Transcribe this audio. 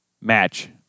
match